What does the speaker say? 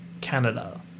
Canada